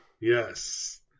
Yes